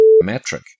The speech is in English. metric